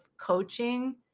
coaching